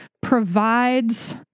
provides